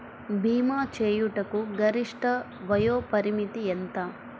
భీమా చేయుటకు గరిష్ట వయోపరిమితి ఎంత?